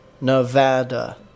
Nevada